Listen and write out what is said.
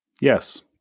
Yes